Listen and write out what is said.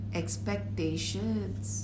expectations